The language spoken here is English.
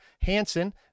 Hansen